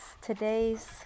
today's